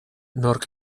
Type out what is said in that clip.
nork